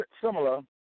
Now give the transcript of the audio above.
similar